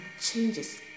changes